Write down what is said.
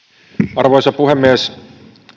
arvoisa puhemies